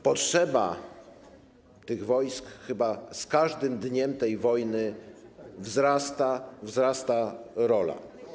Potrzeba tych wojsk chyba z każdym dniem tej wojny wzrasta, wzrasta ich rola.